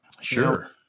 Sure